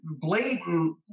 blatant